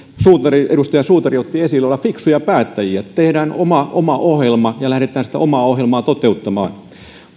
edustaja suutari otti esille olla fiksuja päättäjiä eli tehdään oma oma ohjelma ja lähdetään sitä omaa ohjelmaa toteuttamaan